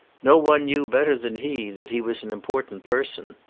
no one knew better than he that he was an important person.